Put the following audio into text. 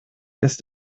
ist